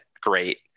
great